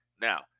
Now